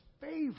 favor